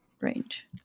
range